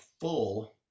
full